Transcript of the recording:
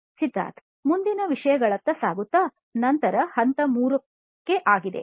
ಸಿದ್ಧಾರ್ಥ್ ಮುಂದಿನ ವಿಷಯಗಳತ್ತ ಸಾಗುತ್ತ ನಂತರದ ಹಂತ 3 ಆಗಿದೆ